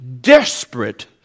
desperate